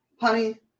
Honey